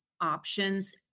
options